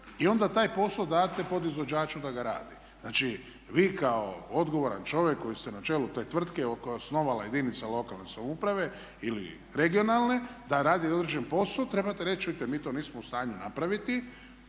i onda taj posao date podizvođaču da ga radi. Znači vi kao odgovoran čovjek koji ste na čelu te tvrtke koju je osnovala jedinica lokalne samouprave ili regionalne da radi određeni posao, trebate reći čujte mi to nismo u stanju napraviti,